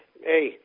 hey